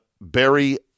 Barry